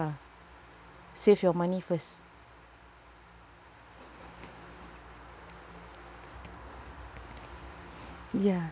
save your money first ya